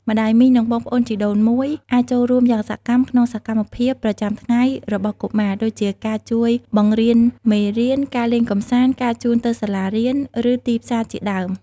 ម្ដាយមីង និងបងប្អូនជីដូនមួយអាចចូលរួមយ៉ាងសកម្មក្នុងសកម្មភាពប្រចាំថ្ងៃរបស់កុមារ ដូចជាការជួយបង្រៀនមេរៀន ការលេងកម្សាន្ត ការជូនទៅសាលារៀន ឬទីផ្សារជាដើម។